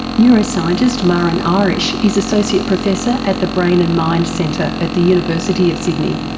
neuroscientist muireann irish is associate professor at the brain and mind centre at the university of sydney.